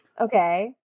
Okay